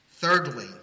Thirdly